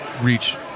reach